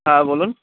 হ্যাঁ বলুন